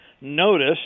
notice